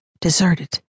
deserted